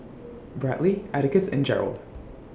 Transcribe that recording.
Bradly Atticus and Gerald